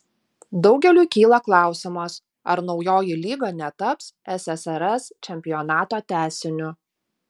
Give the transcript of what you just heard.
daugeliui kyla klausimas ar naujoji lyga netaps ssrs čempionato tęsiniu